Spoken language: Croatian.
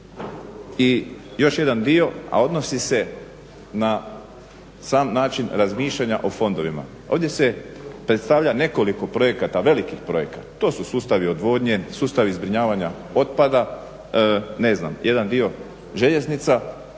I još jedan dio, a odnosi se na sam način razmišljanja o fondovima. Ovdje se predstavlja nekoliko projekata, velikih projekata. To su sustavi odvodnje, sustavi zbrinjavanja otpada, ne znam jedan dio željeznica